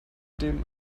dem